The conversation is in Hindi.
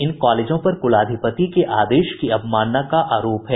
इन कॉलेजों पर कुलाधिपति के आदेश की अवमानना का आरोप है